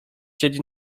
siedzi